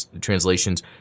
translations